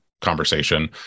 conversation